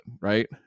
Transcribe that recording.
right